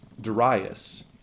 Darius